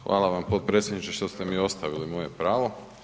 Hvala vam potpredsjedniče što ste mi ostavili moje pravo.